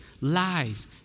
lies